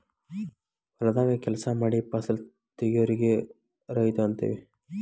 ಹೊಲದಾಗ ಕೆಲಸಾ ಮಾಡಿ ಫಸಲ ತಗಿಯೋರಿಗೆ ರೈತ ಅಂತೆವಿ